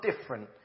different